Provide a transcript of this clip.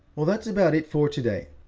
well, that's about it for today.